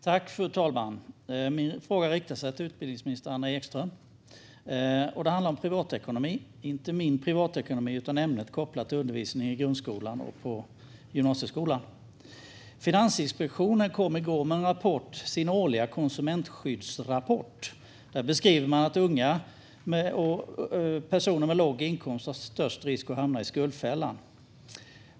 Fru talman! Min fråga riktar sig till utbildningsminister Anna Ekström och handlar om privatekonomi, men inte om min privatekonomi utan om ämnet kopplat till undervisning i grundskolan och gymnasieskolan. Finansinspektionen kom i går med sin årliga konsumentskyddsrapport. Där beskriver man att unga personer med låg inkomst löper störst risk att hamna i skuldfällan.